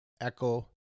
echo